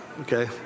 Okay